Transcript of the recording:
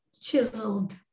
chiseled